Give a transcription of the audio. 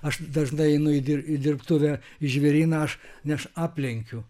aš dažnai einu ir į dir į dirbtuvę į žvėryną aš aš aplenkiu